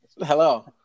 Hello